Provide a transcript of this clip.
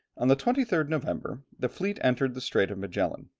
on the twenty third november, the fleet entered the strait of magellan.